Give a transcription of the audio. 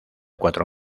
cuatro